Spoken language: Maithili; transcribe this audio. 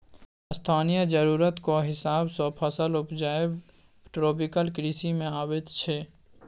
स्थानीय जरुरतक हिसाब सँ फसल उपजाएब ट्रोपिकल कृषि मे अबैत छै